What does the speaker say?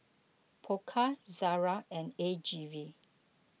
Pokka Zara and A G V